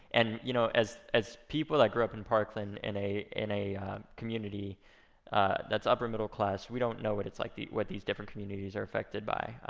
and you know as as people that grew up in parkland in a in a community that's upper middle class, we don't know what it's like, what these different communities are affected by.